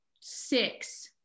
six